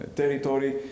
territory